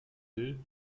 will